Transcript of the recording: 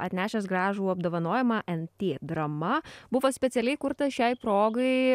atnešęs gražų apdovanojimą entė drama buvo specialiai kurtas šiai progai